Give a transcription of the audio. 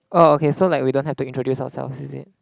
orh okay so like we don't have to introduce ourselves is it